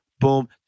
boom